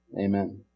Amen